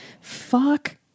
Fuck